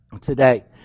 today